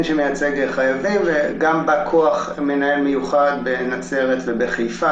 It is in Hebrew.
שמייצג חייבים וגם בא כוח מנהל המיוחד בנצרת ובחיפה,